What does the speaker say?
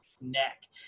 neck